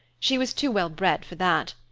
she was too well-bred for that.